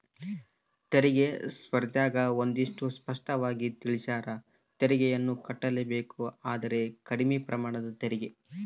ತೆರಿಗೆ ಸ್ಪರ್ದ್ಯಗ ಒಂದಷ್ಟು ಸ್ಪಷ್ಟವಾಗಿ ತಿಳಿಸ್ಯಾರ, ತೆರಿಗೆಯನ್ನು ಕಟ್ಟಲೇಬೇಕು ಆದರೆ ಕಡಿಮೆ ಪ್ರಮಾಣದ ತೆರಿಗೆ